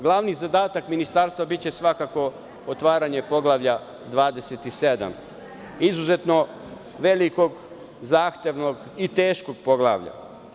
Glavni zadatak ministarstva biće svakako otvaranje Poglavlja 27, izuzetno velikog, zahtevnog i teškog poglavlja.